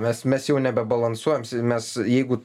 mes mes jau nebebalansuojam mes jeigu